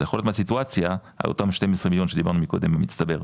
זה יכול להיות סיטואציה על אותם 12 מיליון שדיברנו מקודם במצטבר,